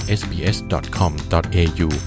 sbs.com.au